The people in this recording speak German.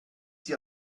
sie